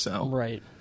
Right